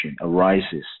arises